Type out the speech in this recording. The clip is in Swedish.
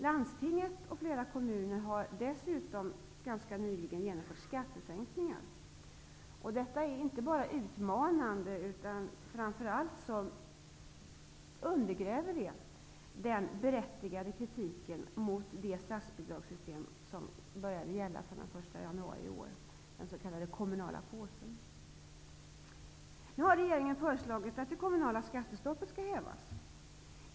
Landstinget och flera kommuner har dessutom ganska nyligen genomfört skattesänkningar. Detta är inte bara utmanande utan det undergräver framför allt den berättigade kritiken mot det statsbidragssystem som började att gälla den 1 Regeringen har nu föreslagit att det kommunala skattestoppet skall hävas.